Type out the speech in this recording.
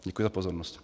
Děkuji za pozornost.